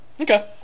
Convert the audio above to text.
Okay